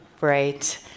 Right